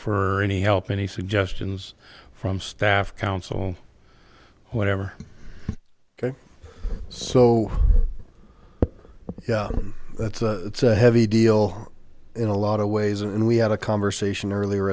for any help any suggestions from staff counsel whatever ok so yeah that's a heavy deal in a lot of ways and we had a conversation earlier